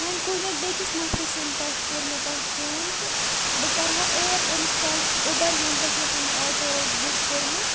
وۄنۍ کوٚر مےٚ بیٚیِکِس نفرٕ سٕنٛدِ پٮ۪ٹھ کوٚر مےٚ تۄہہِ فون تہٕ بہٕ کَرٕ ہا ایپ اِنسٹال اُبَر ییٚمہِ پٮ۪ٹھ مےٚ تُہُنٛد آٹو اوس بُک کوٚرمُت